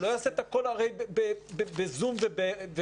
שלא יעשה את הכול בזום וברשת.